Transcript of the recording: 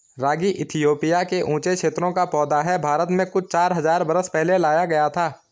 रागी Ethiopia के ऊँचे क्षेत्रों का पौधा है भारत में कुछ चार हज़ार बरस पहले लाया गया था